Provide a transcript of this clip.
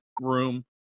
room